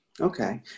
Okay